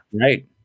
Right